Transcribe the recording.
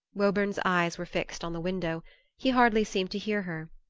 woburn's eyes were fixed on the window he hardly seemed to hear her.